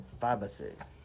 five-by-six